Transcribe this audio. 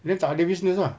then tak ada business ah